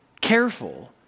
careful